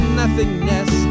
nothingness